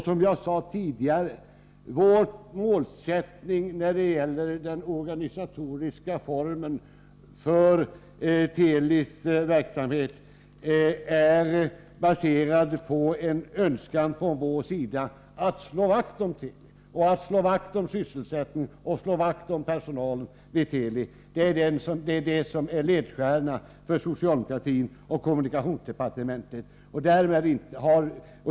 Som jag sade tidigare är vår målsättning när det gäller den organisatoriska formen för Telis verksamhet baserad på en önskan från vår sida att slå vakt om Teli, om sysselsättningen och personalen vid Teli. Det är ledstjärnan för socialdemokratin och kommunikationsdepartementet.